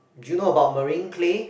do you know about marine clay